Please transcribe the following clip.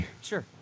Sure